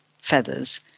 feathers